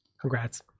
Congrats